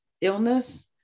illness